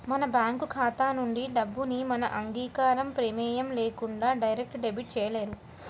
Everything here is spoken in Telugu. మన బ్యేంకు ఖాతా నుంచి డబ్బుని మన అంగీకారం, ప్రమేయం లేకుండా డైరెక్ట్ డెబిట్ చేయలేరు